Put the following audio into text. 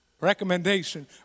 Recommendation